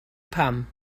pam